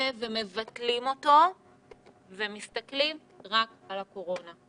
ומבטלים אותו ומסתכלים רק על הקורונה.